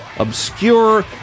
obscure